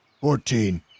Fourteen